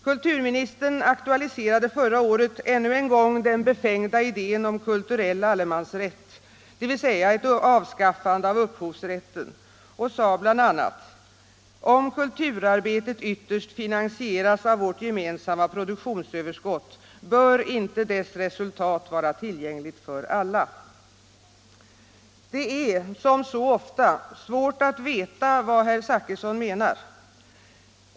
Kulturministern aktualiserade förra året ännu en gång den befängda idén om ”kulturell allemansrätt”, dvs. ett avskaffande av upphovsrätten, och sade bl.a.: ”Om kulturarbetet ytterst finansieras av vårt gemensamma produktionsöverskott, bör inte dess resultat vara tillgängligt för alla?” Det är — som så ofta — svårt att veta vad herr Zachrisson menar.